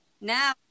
now